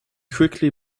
quickly